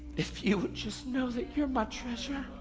if you would just know that you're my treasure.